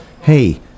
hey